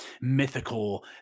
mythical